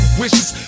wishes